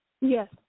Yes